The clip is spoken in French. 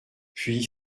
puis